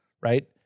right